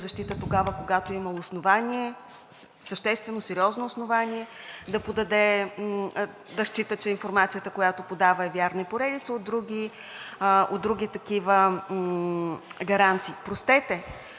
защита тогава, когато има основание, е съществено сериозно основание да счита, че информацията, която подава, е вярна, и поредица от други такива гаранции. Простете,